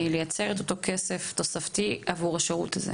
לייצר את אותו סכום כסף תוספתי עבור השירות הזה?